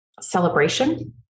celebration